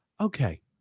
Okay